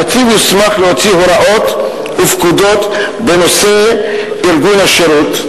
הנציב יוסמך להוציא הוראות ופקודות בנושא ארגון השירות.